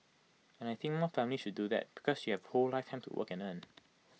and I think more families should do that because you have A whole lifetime to work and earn